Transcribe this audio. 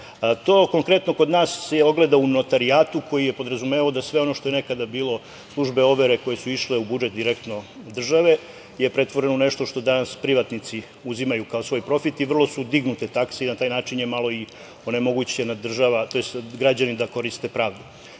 To konkretno kod nas se ogleda u notarijatu, koji je podrazumevao da sve ono što je nekada bilo, službe overe, koje su išle u budžet direktno države, pretvoreno je u nešto što danas privatnici uzimaju kao svoj profit i vrlo su dignute takse i na taj način je malo i onemogućena država, tj. građani, da koriste pravdu.S